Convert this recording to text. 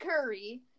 Curry